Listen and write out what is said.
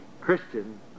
Christian